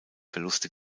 verluste